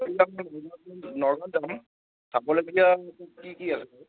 চাবলগীয়া কি কি আছে